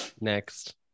Next